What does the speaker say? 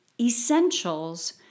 essentials